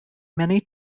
many